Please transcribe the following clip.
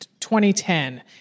2010